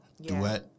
Duet